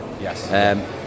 Yes